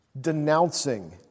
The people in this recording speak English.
denouncing